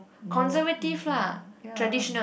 no don't know ya